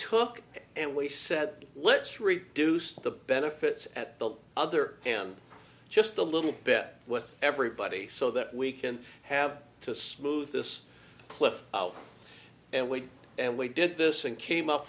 took and we said let's reduce the benefits at the other and just a little bit with everybody so that we can have to smooth this clip out and we and we did this and came up